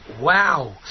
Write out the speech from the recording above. wow